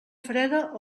freda